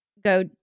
go